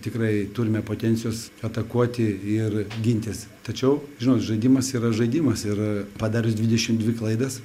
tikrai turime potencijos atakuoti ir gintis tačiau žinot žaidimas tai yra žaidimas ir padarius dvidešim dvi klaidas